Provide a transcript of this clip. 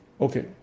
Okay